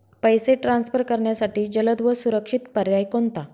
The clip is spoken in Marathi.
पैसे ट्रान्सफर करण्यासाठी जलद व सुरक्षित पर्याय कोणता?